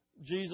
Jesus